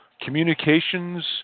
communications